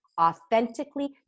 Authentically